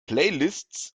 playlists